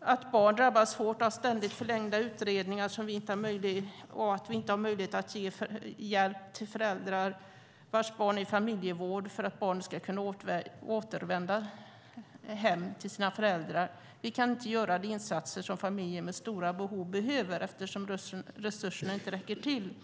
att barn drabbas hårt av ständigt förlängda utredningar och att vi inte har möjlighet att ge hjälp till föräldrar vars barn är i familjevård för att barnen ska kunna återvända hem till sina föräldrar. Vi kan inte göra de insatser som familjer med stora behov behöver eftersom resurserna inte räcker till.